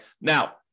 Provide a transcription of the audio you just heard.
Now